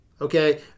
okay